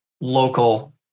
local